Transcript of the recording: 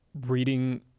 reading